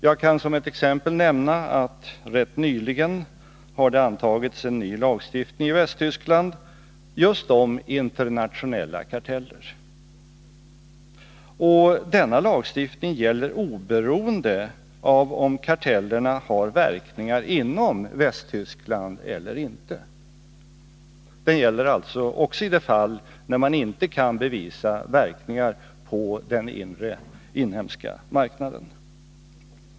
Jag kan som ett exempel nämna att rätt nyligen har det antagits en ny lagstiftning i Västtyskland just om internationella karteller. Denna lagstiftning gäller oberoende av om kartellerna har verkningar inom Västtyskland eller inte. Den gäller alltså också i de fall när man inte kan bevisa verkningar på den inhemska marknaden.